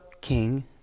king